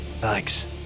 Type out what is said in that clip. thanks